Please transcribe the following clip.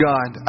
God